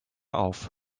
auf